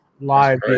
live